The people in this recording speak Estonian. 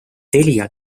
telia